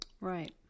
Right